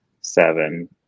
seven